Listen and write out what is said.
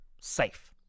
safe